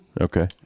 Okay